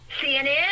cnn